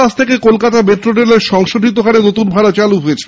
ছবছর পর আজ থেকে কলকাতা মেট্রো রেলে সংশোধিত হারে নতুন ভাড়া চালু হয়েছে